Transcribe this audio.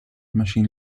machine